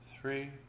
three